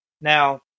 Now